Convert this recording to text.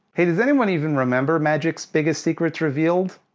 hey, does anyone even remember magic's biggest secrets revealed?